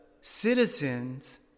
citizens